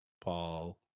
paul